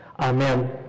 Amen